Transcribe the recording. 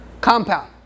compound